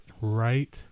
right